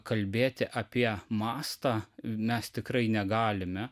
kalbėti apie mastą mes tikrai negalime